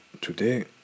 today